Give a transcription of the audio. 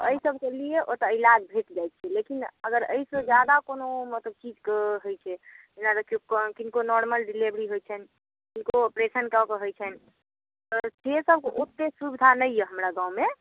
एहि सबके लिए ओतऽ ईलाज भेट जाइत छै लेकिन अगर एहिसँ जादा कोनो मतलब की कहैत छै जेना देखिऔ किनको नोरमल डिलेवरी होइत छनि किनको ऑपरेशन कऽ कऽ होइत छनि तऽ से सब ओतेक सुविधा नही यऽ हमरा गाँवमे